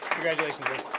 Congratulations